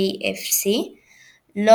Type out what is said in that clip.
בו